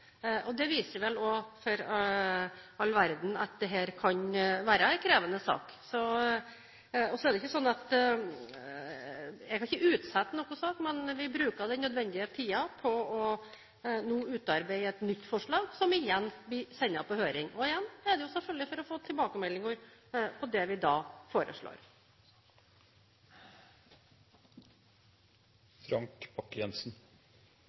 og det viser vel også for all verden at dette kan være en krevende sak. Jeg har ikke utsatt noen sak, men vi bruker den nødvendige tiden på nå å utarbeide et nytt forslag, som igjen blir sendt på høring. Igjen er det selvfølgelig for å få tilbakemeldinger på det vi da